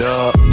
up